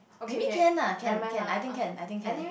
maybe can lah can can I think can I think can